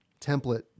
template